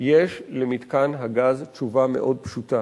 יש למתקן הגז תשובה מאוד פשוטה,